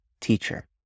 teacher